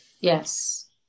Yes